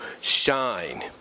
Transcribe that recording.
shine